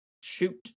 shoot